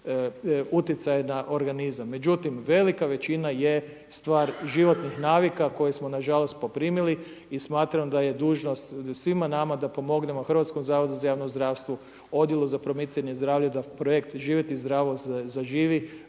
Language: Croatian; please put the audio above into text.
utjecaja na organizam. Međutim, velika većina je stvar životnih navika koje smo na žalost poprimili. I smatram da je dužnost svima nama da pomognemo Hrvatskom zavodu za javno zdravstvo, Odjelu za promicanje zdravlja da projekt „Živjeti zdravo“ zaživi.